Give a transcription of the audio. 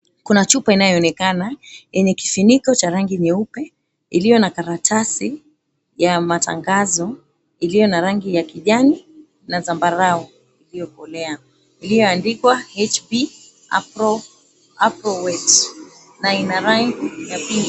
Kuna chupa inayoonekana yenye kifuniko cha rangi nyeupe, iliyo na karatasi ya matangazo iliyo na rangi ya kijani na zambarau iliyokolea, iliyoandikwa HP Arorwet na ina rangi ya pinki.